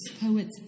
poets